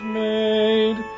made